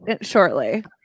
shortly